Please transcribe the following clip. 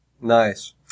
Nice